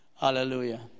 Hallelujah